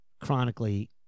chronically –